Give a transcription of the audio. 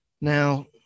Now